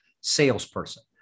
salesperson